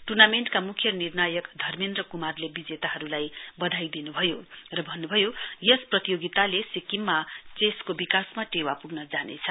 टर्नामेण्टका मुख्य निर्णयक धर्मेन्द्र कुमारले विजेताहरुलाई वधाई दिनुभयो र भन्न्भयो यस प्रतियोगितालाई सिक्किममा चेसको विकासमा टेवा प्ग्न जानेछ